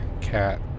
cat